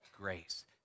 grace